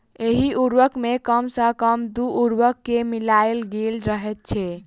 एहि उर्वरक मे कम सॅ कम दू उर्वरक के मिलायल गेल रहैत छै